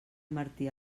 martí